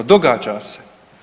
Događa se.